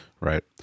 Right